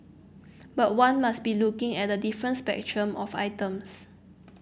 but one must be looking at a different spectrum of items